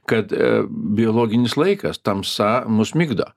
kad biologinis laikas tamsa mus migdo